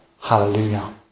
hallelujah